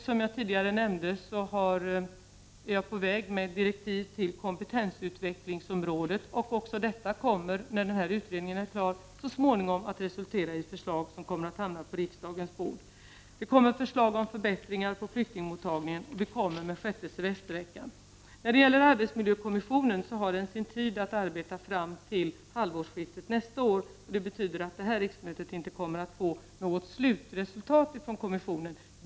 Som jag tidigare nämnde är jag i färd med att utforma direktiv för kompetensutvecklingsområdet. Även detta kommer, när utredningen är klar, så småningom att resultera i förslag som kommer att hamna på riksdagens bord. Det kommer förslag om förbättringar av flyktingmottagandet och om en sjätte semestervecka. Arbetsmiljökommissionens arbetstid sträcker sig fram till halvårsskiftet nästa år. Det betyder att det här riksmötet inte kommer att få något slutresultat från kommissionen.